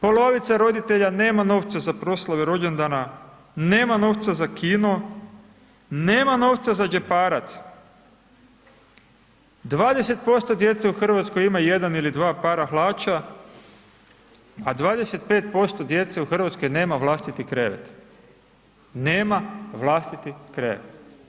Polovica roditelja nema novca za proslavu rođendana, nema novca za kino, nema novca za džeparac 20% djece u Hrvatskoj ima 1 ili 2 para hlača, a 25% djece u Hrvatskoj nema vlastiti krevet, nema vlastiti krevet.